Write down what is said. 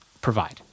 provide